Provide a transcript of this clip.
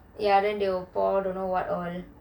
ya then they will pour don't know what all